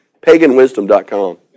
PaganWisdom.com